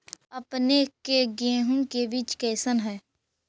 अपने के गेहूं के बीज कैसन है?